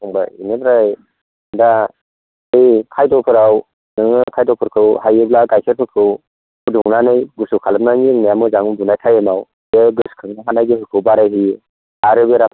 फंबाय बेनिफ्राय दा नों खायद'फोराव नोङो खायद'फोरखौ हायोब्ला गाइखेरफोरखौ फुदुंनानै गुसु खालामनानै लोंनाया मोजां उन्दुनाय टाइमाव बे गोसोखांनो हानाय गोहोखौ बारायहोयो आरो बिराद